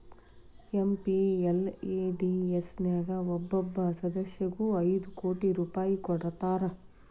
MPLADS ನ್ಯಾಗ ಒಬ್ಬೊಬ್ಬ ಸಂಸದಗು ಐದು ಕೋಟಿ ರೂಪಾಯ್ ಕೊಡ್ತಾರಾ